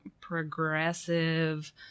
progressive